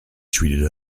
treated